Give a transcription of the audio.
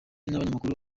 n’abanyamakuru